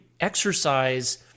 exercise